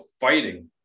fighting